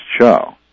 show